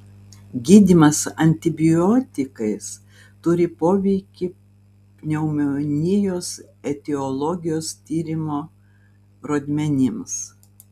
gydymas antibiotikais turi poveikį pneumonijos etiologijos tyrimo rodmenims